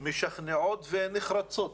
המשכנעות והנחרצות